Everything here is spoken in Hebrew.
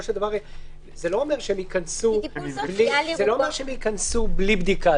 זה לא אומר שהם ייכנסו בלי בדיקה.